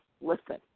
listen